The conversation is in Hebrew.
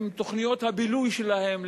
עם תוכניות הבילוי שלהם,